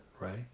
right